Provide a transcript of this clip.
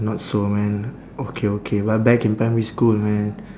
not so man okay okay but back in primary school man